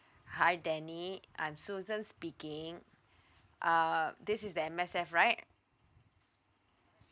hi dany I'm susan speaking uh this is the M_S_F right